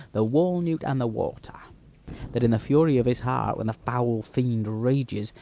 the wall-newt and the water that in the fury of his heart, when the foul fiend rages,